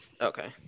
Okay